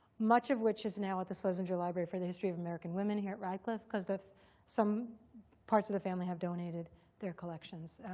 much of which is now at the schlesinger library for the history of american women here at radcliffe, because some some parts of the family have donated their collections,